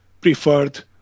preferred